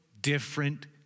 different